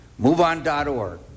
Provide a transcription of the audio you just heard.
moveon.org